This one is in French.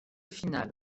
finale